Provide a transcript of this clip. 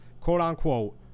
quote-unquote